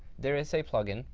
there is a plugin.